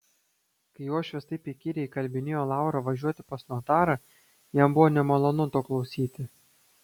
kai uošvis taip įkyriai įkalbinėjo laurą važiuoti pas notarą jam buvo nemalonu to klausyti